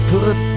Put